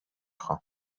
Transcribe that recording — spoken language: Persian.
خوام